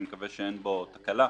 אני מקווה שאין בו תקלה,